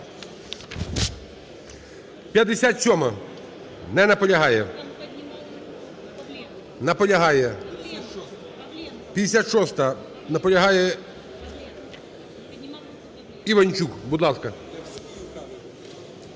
57-а. Не наполягає. Наполягає. 56-а. Наполягає Іванчук. Будь ласка.